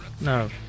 No